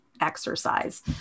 exercise